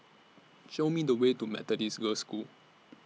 Show Me The Way to Methodist Girls' School